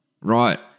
Right